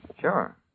Sure